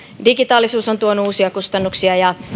digitaalisuus on tuonut uusia kustannuksia ja